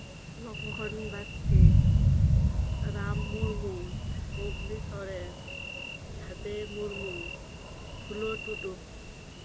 ᱞᱚᱠᱠᱷᱚᱱ ᱵᱟᱥᱠᱮ ᱨᱟᱢ ᱢᱩᱨᱢᱩ ᱵᱩᱞᱵᱩᱞᱤ ᱥᱚᱨᱮᱱ ᱵᱷᱟᱫᱮ ᱢᱩᱨᱢᱩ ᱯᱷᱩᱞᱳ ᱴᱩᱰᱩ